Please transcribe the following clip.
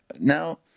now